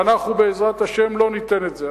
ואנחנו, בעזרת השם, לא ניתן את זה.